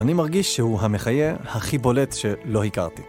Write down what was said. אני מרגיש שהוא המחיה הכי בולט שלא הכרתי.